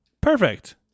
perfect